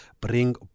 bring